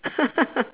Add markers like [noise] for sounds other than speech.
[laughs]